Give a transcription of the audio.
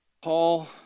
Paul